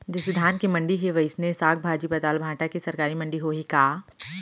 जइसे धान के मंडी हे, वइसने साग, भाजी, पताल, भाटा के सरकारी मंडी होही का?